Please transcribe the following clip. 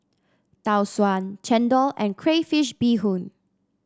Tau Suan chendol and Crayfish Beehoon